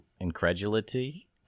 incredulity